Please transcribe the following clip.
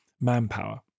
manpower